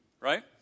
right